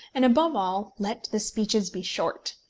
and above all, let the speeches be short.